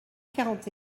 quarante